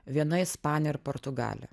viena ispanė ir portugalė